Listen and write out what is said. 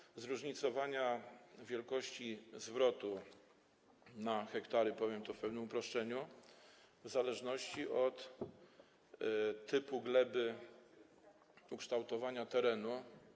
Chodzi o zróżnicowanie wielkości zwrotu na hektar, powiem to w pewnym uproszczeniu, w zależności od typu gleby, ukształtowania terenu.